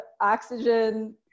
oxygen